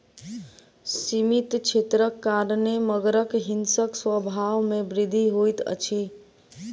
सीमित क्षेत्रक कारणेँ मगरक हिंसक स्वभाव में वृद्धि होइत अछि